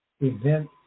event